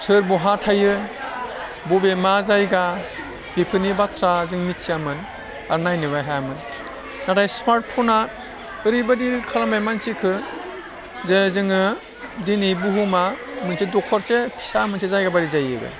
सोर बहा थायो बबे मा जायगा बेफोरनि बाथ्रा जों मिथियामोन आरो नायनोबो हायामोन नाथाय स्मार्ट फना ओरैबादि खालामबाय मानसिखौ जे जोङो दिनै बुहुमा मोनसे दखरसे फिसा मोनसे जायगा बायदि जाहैबाय